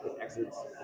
exits